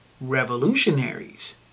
Revolutionaries